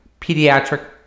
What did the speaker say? pediatric